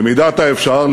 במידת האפשר,